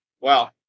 wow